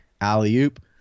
Alley-oop